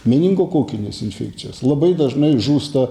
meningokokinės infekcijos labai dažnai žūsta